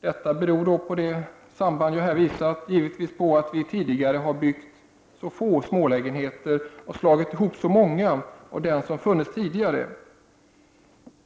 Detta beror givetvis på det samband som jag tidigare påvisade, att vi tidigare har byggt så få smålägenheter och slagit ihop så många av dem som har funnits tidigare.